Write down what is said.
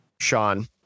Sean